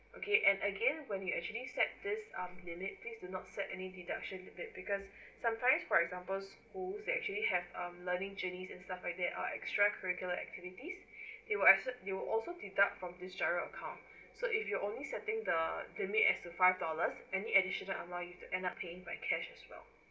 okay and again when you actually set this um limit please do not set any deduction with it because sometimes for examples school they actually have um learning journeys and stuff like that are extracurricular activities they will accept they will also deduct from this giro account so if you only setting the limit as a five dollars any additional amount you end up paying by cash as well